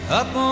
up